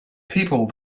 people